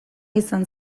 izan